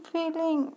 feeling